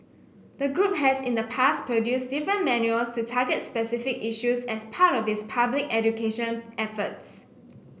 the group has in the past produced different manuals to target specific issues as part of its public education efforts